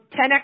10x